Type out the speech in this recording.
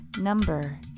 number